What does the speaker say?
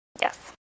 Yes